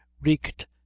wreaked